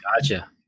Gotcha